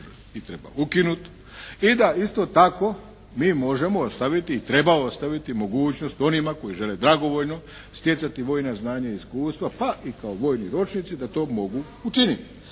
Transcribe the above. i da isto tako mi možemo ostaviti i treba ostaviti mogućnost onima koji žele dragovoljno stjecati vojna znanja i iskustva pa i kao vojni ročnici da to mogu učiniti.